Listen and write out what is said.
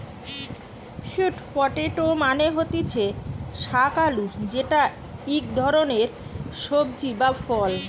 sweet potato মানে হতিছে শাক আলু যেটা ইক ধরণের সবজি বা ফল